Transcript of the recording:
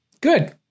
Good